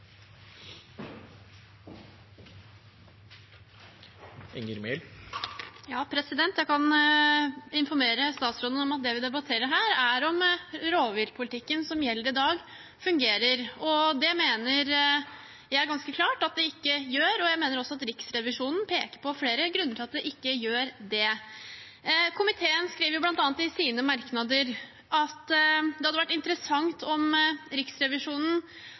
om rovviltpolitikken som gjelder i dag, fungerer, og det mener jeg ganske klart at den ikke gjør, og jeg mener også at Riksrevisjonen peker på flere grunner til at den ikke gjør det. Komiteen skriver bl.a. i sine merknader at det hadde vært interessant om Riksrevisjonen